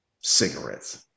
cigarettes